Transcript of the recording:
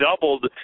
doubled